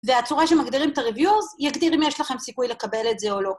והצורה שמגדירים את ה-reviews יגדיר אם יש לכם סיכוי לקבל את זה או לא.